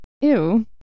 Ew